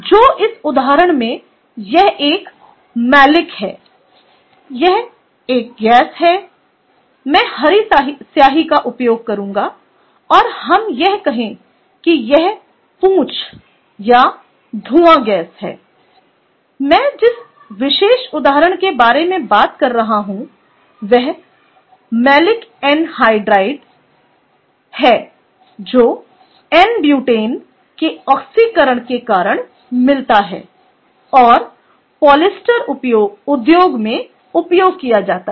तो इस उदाहरण में यह एक मैलिक है यह एक गैस है मैं हरी स्याही का उपयोग करूंगा और हम यह कहें कि यह पूंछ या धूआं गैस है मैं जिस विशेष उदाहरण के बारे में बात कर रहा हूं वह मैलिक एनहाइड्राइड है जो n ब्यूटेन के ऑक्सीकरण के कारण मिलता है और पॉलिएस्टर उद्योग में उपयोग किया जाता है